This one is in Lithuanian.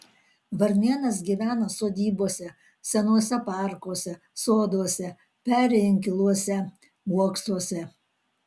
varnėnas gyvena sodybose senuose parkuose soduose peri inkiluose uoksuose